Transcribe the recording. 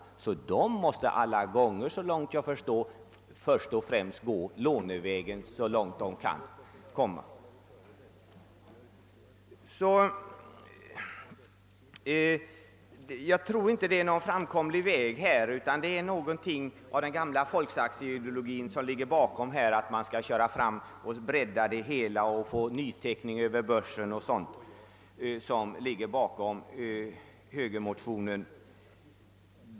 Dessa företag måste alla gånger, såvitt jag förstår, först och främst gå lånevägen så långt de kan komma. Jag tror inte det är någon framkomlig väg som här föreslås, utan det är något av den gamla folkaktieideologin — att åstadkomma en breddning genom nyteckning över börsen m.m. — som ligger bakom högermotionen.